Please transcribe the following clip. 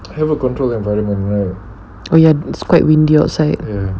yes it's quite windy outside ah